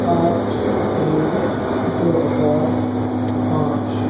آٹھ اپریل دو ہزار پانچ